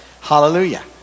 hallelujah